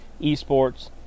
esports